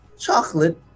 chocolate